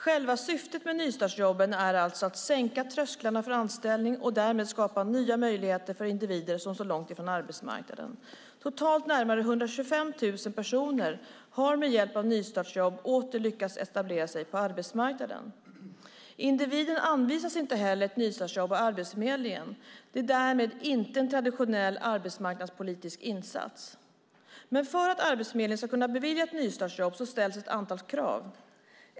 Själva syftet med nystartsjobben är alltså att sänka trösklarna för anställning och därmed skapa nya möjligheter för individer som står långt från arbetsmarknaden. Totalt närmare 125 000 personer har med hjälp av nystartsjobb åter lyckats etablera sig på arbetsmarknaden. Individen anvisas inte heller ett nystartsjobb av Arbetsförmedlingen. Det är därmed inte en traditionell arbetsmarknadspolitisk insats. Men för att Arbetsförmedlingen ska kunna bevilja ett nystartsjobb ställs ett antal krav.